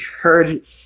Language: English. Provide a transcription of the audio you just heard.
heard